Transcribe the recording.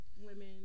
women